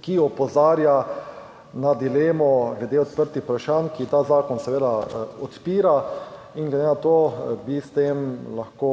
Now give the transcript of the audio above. ki opozarja na dilemo glede odprtih vprašanj, ki ta zakon seveda odpira in glede na to, bi s tem lahko